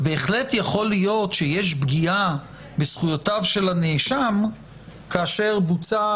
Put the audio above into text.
ובהחלט יכול להיות שיש פגיעה בזכויותיו של הנאשם כאשר בוצע